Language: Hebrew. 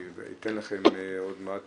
אני אתן לכם עוד מעט,